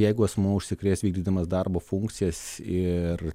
jeigu asmuo užsikrės vykdydamas darbo funkcijas ir